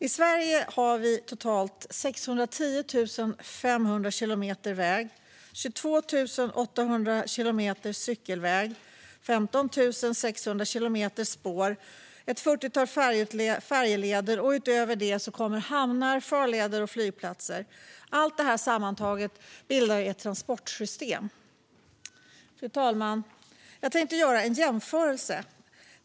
I Sverige finns totalt 610 500 kilometer väg, 22 800 kilometer cykelväg, 15 600 kilometer spår och ett fyrtiotal färjeleder. Till det kommer hamnar, farleder och flygplatser. Sammantaget bildar det ett transportsystem. Fru talman! Jag tänkte göra en jämförelse.